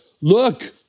Look